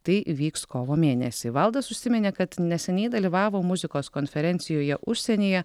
tai įvyks kovo mėnesį valdas užsiminė kad neseniai dalyvavo muzikos konferencijoje užsienyje